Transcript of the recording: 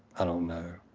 i don't know.